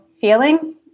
feeling